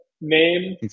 name